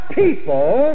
people